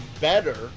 better